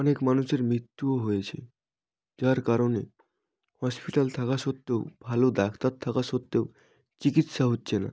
অনেক মানুষের হয়েছে যার কারণে হসপিটাল থাকা সত্ত্বেও ভালো ডাক্তার থাকা সত্ত্বেও চিকিৎসা হচ্ছে না